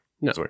no